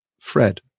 Fred